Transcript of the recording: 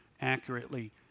accurately